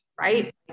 right